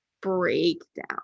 breakdown